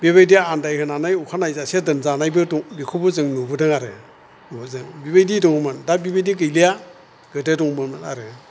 बेबायदि आन्दायहोनानै अखानायजासे दोनजानायबो दं बेखौबो जों नुबोदों आरो नुबोदों बिबायदि दङमोन दा बिबायदि गैलिया गोदो दंमोन आरो